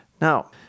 Now